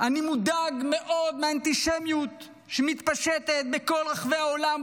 אני מודאג מאוד מהאנטישמיות שמתפשטת בכל רחבי העולם,